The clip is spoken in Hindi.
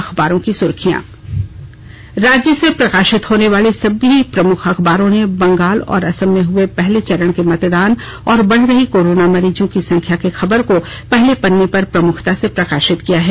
अखबारों की सुर्खियां राज्य से प्रकाशित होने वाले सभी प्रमुख अखबारों ने बंगाल और असम में हुए पहले चरण के मतदान और बढ़ रही कोरोना मरीजों की संख्या की खबर को पहले पन्ने पर प्रमुखता से प्रकाशित किया है